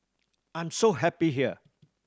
I'm so happy here